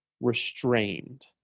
restrained